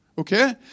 Okay